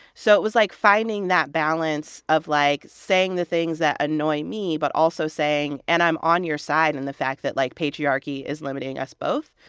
so it was, like, finding that balance of, like, saying the things that annoy me but also saying and i'm on your side in the fact that, like, patriarchy is limiting us both.